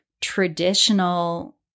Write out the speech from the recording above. traditional